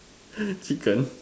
chicken